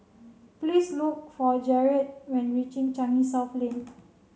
please look for Jarret when reaching Changi South Lane